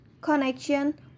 Connection